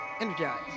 Energize